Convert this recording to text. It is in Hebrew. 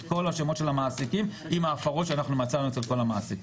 את כל השמות של המעסיקים עם ההפרות שאנחנו מצאנו אצל כל המעסיקים.